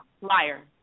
Liar